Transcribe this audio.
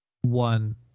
One